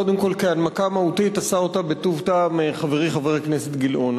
קודם כול כי הנמקה מהותית עשה אותה בטוב טעם חברי חבר הכנסת גילאון.